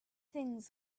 things